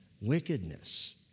wickedness